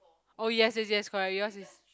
oh yes yes yes correct yours is